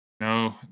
no